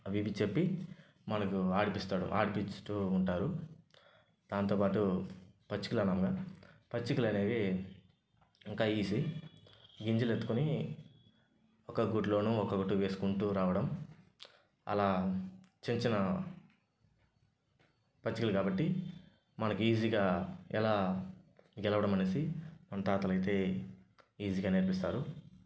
అవి ఇవి చెప్పి మనకు ఆడిపిస్తాడు ఆడిపిస్తూ ఉంటారు దాంతోపాటు పచ్చికలన్నమాట పచ్చికలు అనేవి ఇంకా ఈజీ గింజలు ఎత్తుకొని ఒక గూటిలోనూ ఒక్కొక్కటి వేసుకుని రావటం అలా చిన్నచిన్న పచ్చికలు కాబట్టి మనకు ఈజీగా ఎలా గెలవడం అనేసి మన తాతలు అయితే ఈజీగా నేర్పిస్తారు